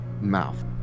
mouth